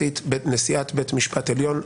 בעיניי משבש את הדיון.